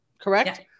correct